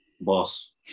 Boss